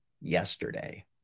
yesterday